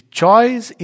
choice